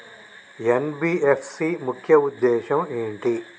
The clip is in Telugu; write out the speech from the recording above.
ఎన్.బి.ఎఫ్.సి ముఖ్య ఉద్దేశం ఏంటి?